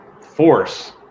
force